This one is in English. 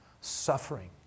suffering